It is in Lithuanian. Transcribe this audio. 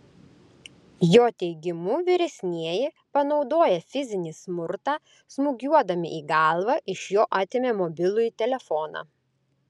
jo teigimu vyresnieji panaudoję fizinį smurtą smūgiuodami į galvą iš jo atėmė mobilųjį telefoną